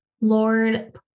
Lord